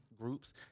groups